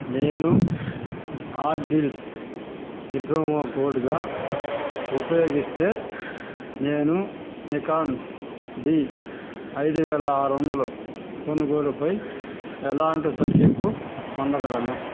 నేను ఆట్ డీల్స్ని ప్రోమో కోడ్గా ఉపయోగిస్తే నేను నికాన్ డి ఐదువేల ఆరు వందలు కొనుగోలుపై ఎలాంటి తగ్గింపు పొందగలను